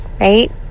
Right